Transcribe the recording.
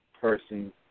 person